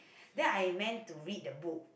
then I meant to read the book